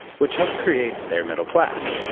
which helped create their middle class,